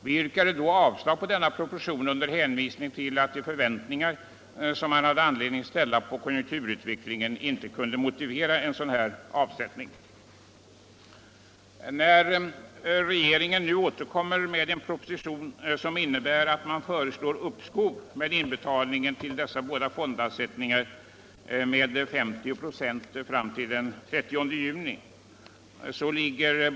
Vi yrkade avslag på denna proposition under hänvisning till att de förväntningar som man hade anledning att ställa på konjunkturutvecklingen icke kunde motivera en sådan avsättning. Regeringen återkommer nu med en proposition, där man föreslår att uppskov skall medges till den 30 juni med inbetalning av högst 50 96 av de belopp som skall avsättas till dessa båda fonder.